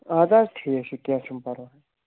اَدٕ حظ ٹھیٖک چھُ کیٚنٛہہ چھُ نہٕ پرواے